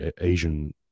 Asian